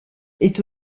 est